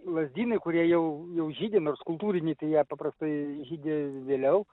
lazdynai kurie jau jau žydi nors kultūriniai tai jie paprastai žydi vėliau